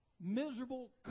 Miserable